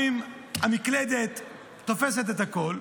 המקלדת תופסת הכול,